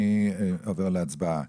אני עובר להצבעה.